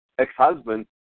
ex-husband